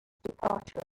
departure